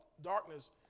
darkness